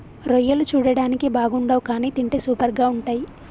రొయ్యలు చూడడానికి బాగుండవ్ కానీ తింటే సూపర్గా ఉంటయ్